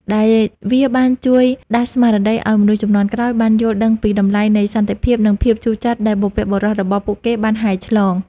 ដែលវាបានជួយដាស់ស្មារតីឲ្យមនុស្សជំនាន់ក្រោយបានយល់ដឹងពីតម្លៃនៃសន្តិភាព និងភាពជូរចត់ដែលបុព្វបុរសរបស់ពួកគេបានហែលឆ្លង។